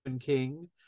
King